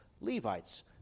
Levites